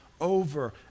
over